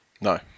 No